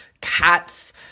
cats